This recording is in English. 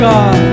God